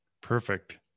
Perfect